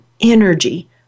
energy